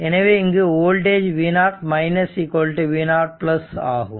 எனவே இங்கு voltage v0 v0 ஆகும்